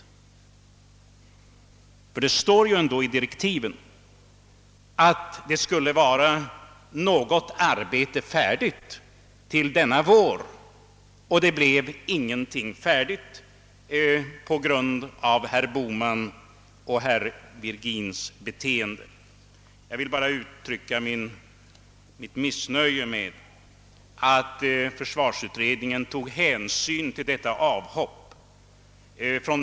Det står i direktiven att något av arbetet skulle vara färdigt till denna vår. Det blev inte färdigt på grund av herr Bohmans och herr Virgins beteende. Jag vill uttrycka mitt missnöje med att försvarsutredningen tog hänsyn till detta avhopp.